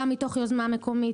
גם מתוך יוזמה מקומית.